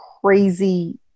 crazy